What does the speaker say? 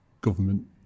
government